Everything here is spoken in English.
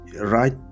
right